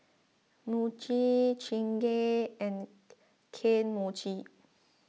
Muji Chingay and Kane Mochi